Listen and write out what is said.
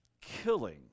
killing